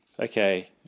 Okay